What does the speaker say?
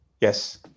Yes